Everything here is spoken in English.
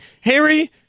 Harry